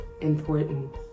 important